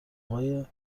آقای